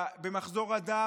במחזור הדם.